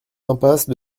impasse